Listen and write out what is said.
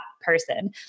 person